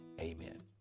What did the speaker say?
Amen